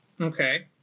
Okay